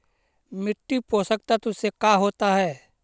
मिट्टी पोषक तत्त्व से का होता है?